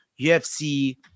UFC